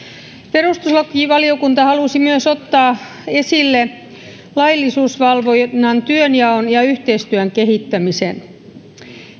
perustuslakivaliokunta halusi myös ottaa esille laillisuusvalvonnan työnjaon ja yhteistyön kehittämisen